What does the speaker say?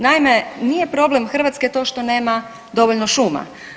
Naime, nije problem Hrvatske to što nema dovoljno šuma.